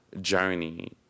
journey